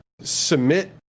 submit